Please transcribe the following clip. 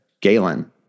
Galen